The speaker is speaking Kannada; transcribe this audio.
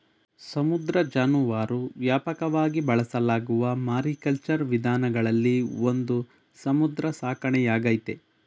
ಸಮುದ್ರ ಜಾನುವಾರು ವ್ಯಾಪಕವಾಗಿ ಬಳಸಲಾಗುವ ಮಾರಿಕಲ್ಚರ್ ವಿಧಾನಗಳಲ್ಲಿ ಒಂದು ಸಮುದ್ರ ಸಾಕಣೆಯಾಗೈತೆ